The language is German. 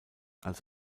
als